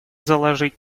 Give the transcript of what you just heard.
заложить